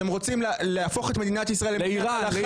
אתם רוצים להפוך את מדינת ישראל לאיראן,